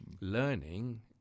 learning